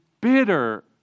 bitter